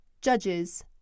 judges